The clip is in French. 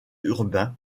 urbains